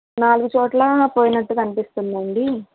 నాలుగు చోట్ల పోయినట్టుగా అనిపిస్తుందండి